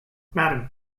madam